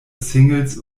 singles